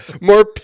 more